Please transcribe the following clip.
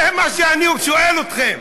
זה מה שאני שואל אתכם.